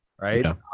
Right